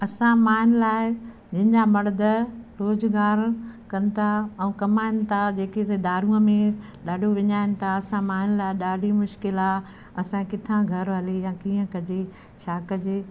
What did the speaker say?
असां मायुनि लाइ हिन जा मर्द रोजगार कनि था ऐं कमाइनि था जेकी दारुअ में ॾाढो विञाइनि था असां मायुनि लाइ ॾाढी मुश्किल आहे असां किथा घर हले या कीअं कजे छा कजे